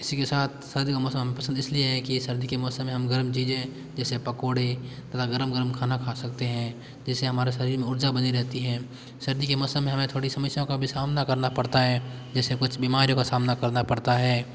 इसी के साथ सर्दी का मौसम पसंद इसीलिए है कि सर्दी के मौसम में हम गर्म चीज़ें जैसे पकोड़े तथा गर्म गर्म खाना खा सकते हैं जिससे हमारे शरीर में उर्जा बनी रहती है सर्दी के मौसम में हमें थोड़ी समस्याओं का भी सामना करना पड़ता है जैसे कुछ बिमारियों का सामना करना पड़ता है